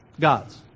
Gods